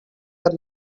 are